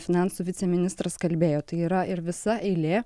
finansų viceministras kalbėjo tai yra ir visa eilė